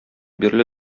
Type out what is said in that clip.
бирле